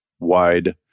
wide